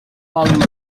volume